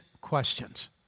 Questions